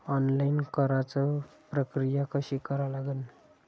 Online कराच प्रक्रिया कशी करा लागन?